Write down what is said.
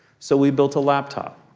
so, we built a laptop.